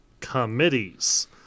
Committees